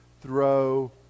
throw